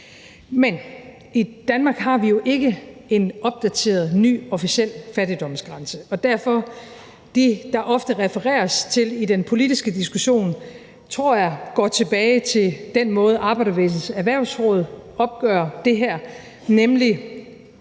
Men i Danmark har vi jo ikke en opdateret, ny officiel fattigdomsgrænse, og derfor går det, der ofte refereres til i den politiske diskussion, tror jeg, tilbage til den måde, Arbejderbevægelsens Erhvervsråd opgør det her på, nemlig